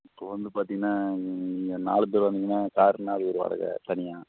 so வந்து பார்த்தீங்கன்னா நீங்கள் நாலு பேர் வந்தீங்கன்னால் கார்னால் அதுக்கு ஒரு வாடகை தனியாக